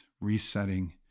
resetting